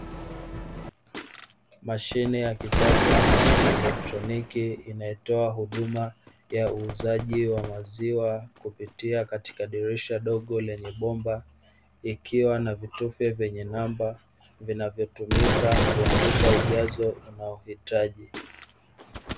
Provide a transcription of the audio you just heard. Mashine ya kisasa na yakielektroniki inayotoa huduma ya uuzaji wa maziwa kupitia katika dirisha dogo, lenye bomba ikiwa na vitufe vyenye namba vinavyotumika kuandika ujazo unaohitaji.